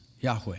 Yahweh